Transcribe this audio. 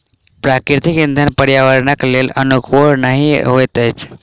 प्राकृतिक इंधन पर्यावरणक लेल अनुकूल नहि होइत अछि